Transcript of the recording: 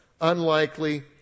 unlikely